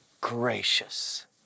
gracious